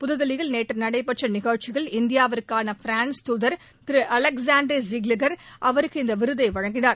புதுதில்லியில் நேற்று நடைபெற்ற நிகழ்ச்சியில் இந்தியாவுக்கான பிரான்ஸ் தூதர் திரு அலெக்சாண்டரே ஜீக்லர் அவருக்கு இந்த விருதை வழங்கினார்